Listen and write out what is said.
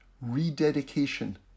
rededication